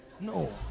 no